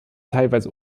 teilweise